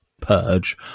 purge